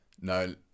No